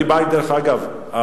דרך אגב,